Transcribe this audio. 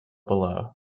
below